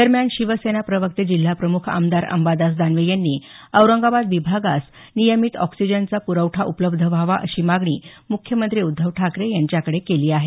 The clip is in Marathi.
दरम्यान शिवसेना प्रवक्ते जिल्हाप्रमुख आमदार अंबादास दानवे यांनी औरंगाबाद विभागास नियमित ऑक्सीजनचा पुरवठा उपलब्ध व्हावा अशी मागणी मुख्यमंत्री उद्धव ठाकरे यांच्याकडे केली आहे